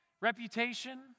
Reputation